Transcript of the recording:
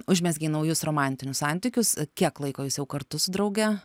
užmezgei naujus romantinius santykius kiek laiko jūs jau kartu su drauge